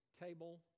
table